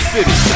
City